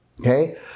Okay